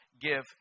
give